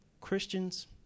Christians